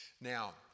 Now